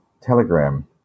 Telegram